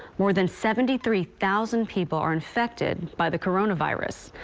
more than seventy three thousand people are infected by the coronavirus.